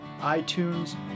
iTunes